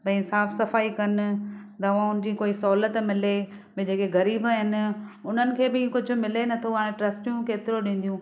भाई साफ़ सफ़ाई कनि दवाउनि जी कोई सहूलियत मिले ॿिए जेके ग़रीब आहिनि उन्हनि खे बि कुझु मिले नथो हाणे ट्रस्टियूं केतिरो ॾींदियूं